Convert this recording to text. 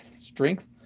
strength